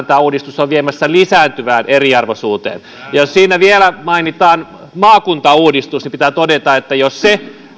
tämä uudistus on viemässä lisääntyvään eriarvoisuuteen jos vielä mainitaan maakuntauudistus niin pitää todeta että jos se